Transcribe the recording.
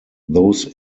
those